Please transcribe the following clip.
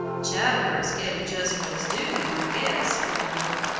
chatterer is getting just what is due him, i guess, he muttered.